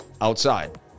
outside